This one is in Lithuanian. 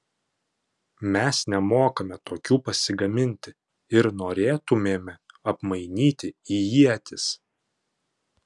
mes nemokame tokių pasigaminti ir norėtumėme apmainyti į ietis